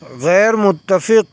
غیرمتفق